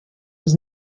was